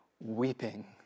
weeping